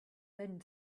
men